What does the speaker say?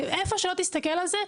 איפה שלא תסתכל על זה,